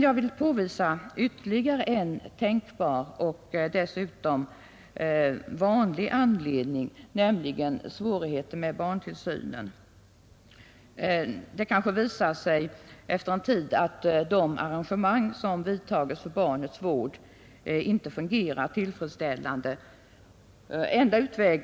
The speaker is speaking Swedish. Jag vill påvisa ytterligare en tänkbar och dessutom vanlig anledning — svårigheter med barntillsynen. Det kanske visar sig efter någon tid att det arrangemang som vidtagits för barnets vård inte fungerar tillfredsställande.